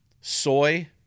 soy